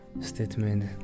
statement